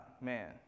Man